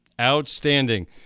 Outstanding